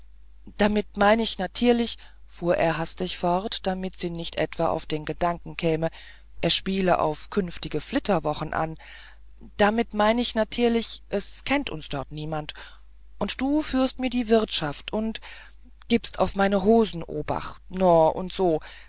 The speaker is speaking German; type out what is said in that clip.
damit mein ich natirlich fuhr er hastig fort damit sie nicht etwa auf die gedanken käme er spiele auf künftige flitterwochen an damit mein ich natirlich es kennt uns dort niemand und du führst mir die wirtschaft und und gibst auf meine hosen obacht no und so